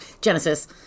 Genesis